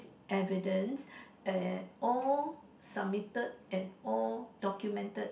evidences and all submitted and all documented